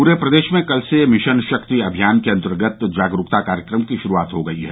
pray प्रदेश में कल से मिशन शक्ति अभियान के अन्तर्गत जागरूकता कार्यक्रम की शुरूआत हो गयी है